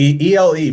ELE